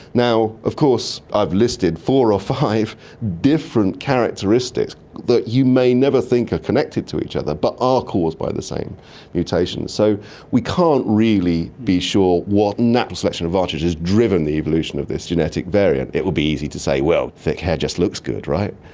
now, of course i've listed four or five different characteristics that you may never think are connected to each other but are caused by the same mutation. so we can't really be sure what natural selection advantage has driven the evolution of this genetic variant. it would be easy to say, well, thick hair just looks good, right?